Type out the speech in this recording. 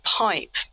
pipe